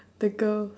the girl